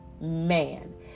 man